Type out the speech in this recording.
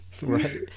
Right